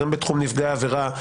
גם בתחום נפגעי העבירה,